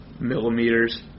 millimeters